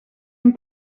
een